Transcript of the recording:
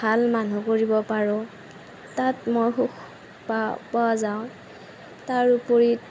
ভাল মানুহ কৰিব পাৰোঁ তাত মই সুখ পাওঁ পোৱা যাওঁ তাৰ উপৰি